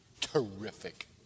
Terrific